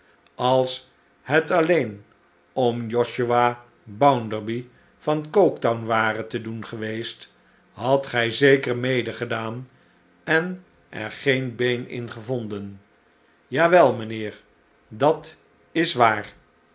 als het alleen om josiah bounderby van coketown ware te doen geweest hadt gij zeker medegedaan en er geen been in gevonden ja wel mijnheer dat is waar